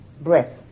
breath